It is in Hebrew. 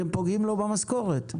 אתם פוגעים לו במשכורת.